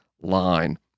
line